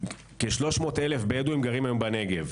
כ-300,000 שגרים בנגב.